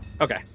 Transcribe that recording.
Okay